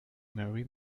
marry